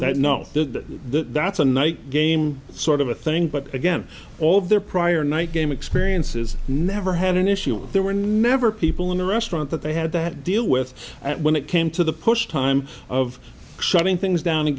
the that's a night game sort of a thing but again all of their prior night game experiences never had an issue there were never people in the restaurant that they had that deal with that when it came to the push time of shutting things down and